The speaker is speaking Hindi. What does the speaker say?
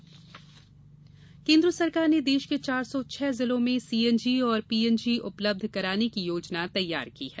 सीएनजी केन्द्र सरकार ने देश के चार सौ छह जिलों में सीएनजी और पीएनजी उपलब्ध कराने की योजना तैयार की है